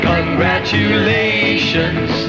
Congratulations